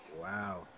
Wow